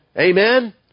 Amen